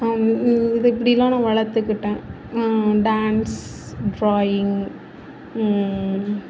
இது இப்படிலாம் நான் வளர்த்துக்கிட்டேன் டான்ஸ் டிராயிங்